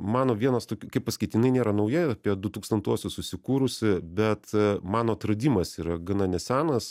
mano vienas tokių kaip pasakyt jinai nėra nauja apie du tūkstantuosius susikūrusi bet mano atradimas yra gana nesenas